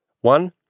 One